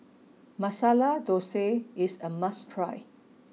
Masala Dosa is a must try